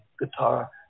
guitar